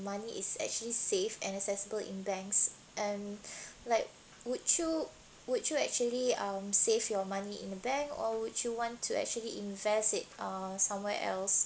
money is actually safe and accessible in banks and like would you would you actually uh save your money in the bank or would you want to actually invest it uh somewhere else